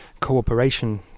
cooperation